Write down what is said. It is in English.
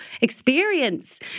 experience